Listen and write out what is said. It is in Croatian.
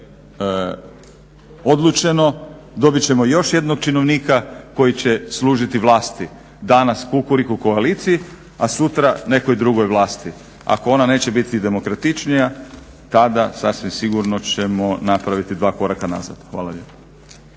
odlučeno dobit ćemo još jednog činovnika koji će služiti vlasti, danas Kukuriku koaliciji, a sutra nekoj drugoj vlasti. Ako ona neće biti demokratičnija tada sasvim sigurno ćemo napraviti dva koraka nazad. Hvala lijepo.